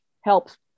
helps